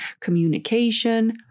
communication